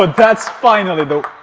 but that's finally the!